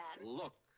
Look